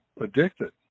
addicted